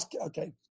Okay